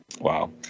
Wow